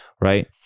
right